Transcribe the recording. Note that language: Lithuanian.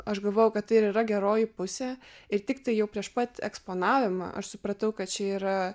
aš galvojau kad tai ir yra geroji pusė ir tiktai jau prieš pat eksponavimą aš supratau kad čia yra